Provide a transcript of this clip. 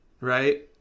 right